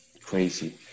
crazy